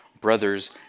brother's